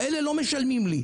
כי אלה לא משלמים לי.